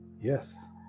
yes